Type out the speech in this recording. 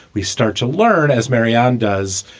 we start to learn, as marianne does,